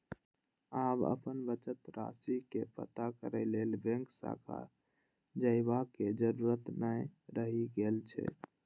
आब अपन बचत राशि के पता करै लेल बैंक शाखा जयबाक जरूरत नै रहि गेल छै